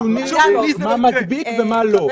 תביא נתונים על מה מדביק ומה לא.